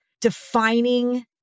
defining